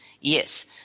Yes